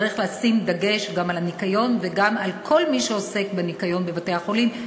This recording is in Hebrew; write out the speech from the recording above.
צריך לשים דגש גם על הניקיון וגם על כל מי שעוסק בניקיון בבתי-החולים,